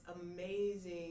amazing